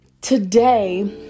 today